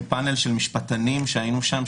מפאנל של משפטנים שהיינו שם,